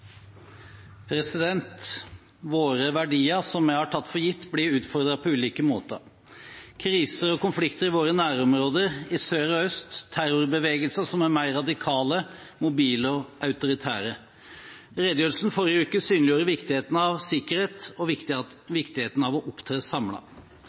Våre verdier som vi har tatt for gitt, blir utfordret på ulike måter – av kriser og konflikter i våre nærområder i sør og øst, og av terrorbevegelser som er blitt mer radikale, mobile og autoritære. Redegjørelsen i forrige uke synliggjorde viktigheten av sikkerhet og av å opptre